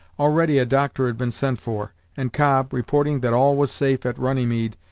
already a doctor had been sent for, and cobb, reporting that all was safe at runnymede,